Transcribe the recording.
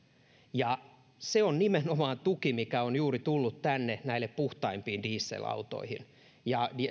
ja se on nimenomaan tuki joka on juuri tullut tänne näihin puhtaimpiin dieselautoihin ja